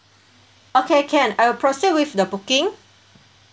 okay can I will proceed with the booking